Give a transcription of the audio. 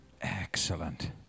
excellent